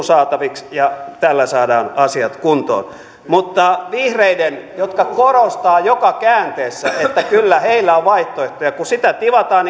saataviksi ja tällä saadaan asiat kuntoon mutta kun vihreiltä jotka korostavat joka käänteessä että kyllä heillä on vaihtoehtoja asiaa tivataan